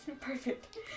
Perfect